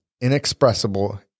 inexpressible